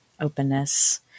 openness